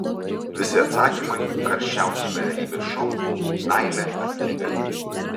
visi atsakymai karščiausiame realybės šou meilė ar pinigai